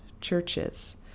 churches